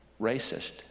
racist